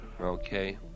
Okay